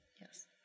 yes